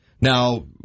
Now